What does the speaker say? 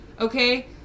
Okay